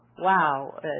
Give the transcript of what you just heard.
wow